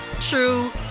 true